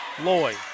Loy